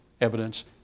Evidence